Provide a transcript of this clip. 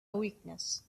weakness